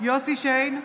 יוסף שיין,